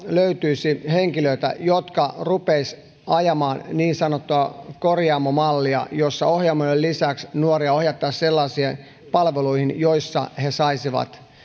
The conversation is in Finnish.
löytyisi henkilöitä jotka rupeaisivat ajamaan niin sanottua korjaamomallia jossa ohjaamoiden lisäksi nuoria ohjattaisiin sellaisiin palveluihin joissa he saisivat